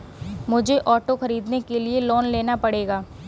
मुझे ऑटो खरीदने के लिए लोन लेना पड़ेगा